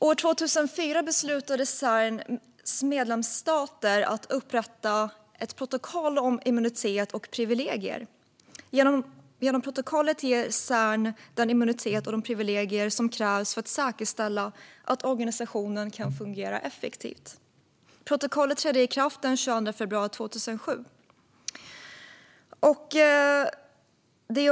År 2004 beslutade Cerns medlemsstater att upprätta ett protokoll om immunitet och privilegier. Genom protokollet ges Cern den immunitet och de privilegier som krävs för att säkerställa att organisationen kan fungera effektivt. Protokollet trädde i kraft den 22 februari 2007.